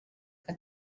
que